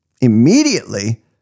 immediately